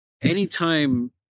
anytime